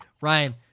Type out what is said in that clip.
Ryan